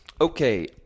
Okay